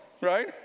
right